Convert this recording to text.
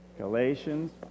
Galatians